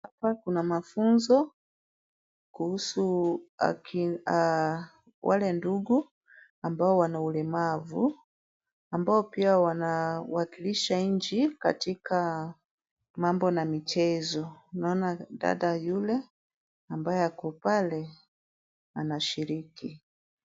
Hapa ni mafunzo kuhusu wale ndugu ambao wana ulemavu, ambao pia wanawakilisha nchi katika mambo na michezo. Naona dada yule ambaye ako pale anashiriki.